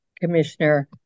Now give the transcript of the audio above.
Commissioner